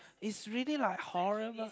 is really like horrible